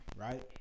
Right